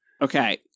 Okay